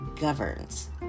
governs